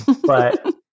but-